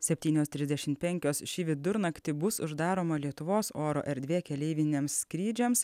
septynios trisdešimt penkios šį vidurnaktį bus uždaroma lietuvos oro erdvė keleiviniams skrydžiams